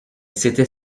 s’était